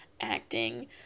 acting